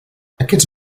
aquests